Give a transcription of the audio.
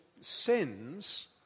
sins